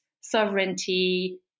sovereignty